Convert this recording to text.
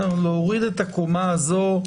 להוריד את הקומה הזו.